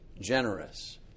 generous